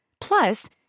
Plus